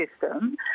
system